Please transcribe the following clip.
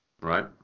Right